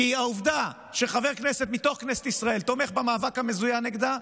כי העובדה שחבר כנסת מתוך כנסת ישראל תומך במאבק המזוין נגדה,